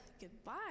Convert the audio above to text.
goodbye